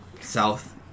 South